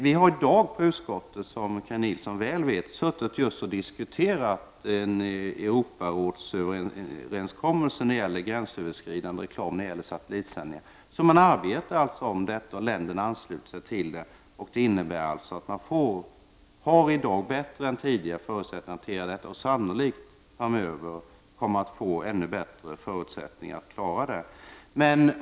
Vi har i dag i utskottet, som Kaj Nilsson mycket väl vet, diskuterat Europarådsöverenskommelsen om gränsöverskridande reklam vid satellitsändningar. Så man arbetar alltså med detta, och länderna har anslutit sig till överenskommelsen. Det innebär att man i dag har bättre förutsättningar än tidigare att hantera frågan. Sannolikt kommer man framöver att få ännu bättre förutsättningar att klara det.